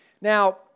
Now